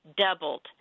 doubled